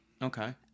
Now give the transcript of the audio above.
Okay